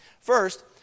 First